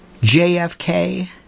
JFK